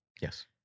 Yes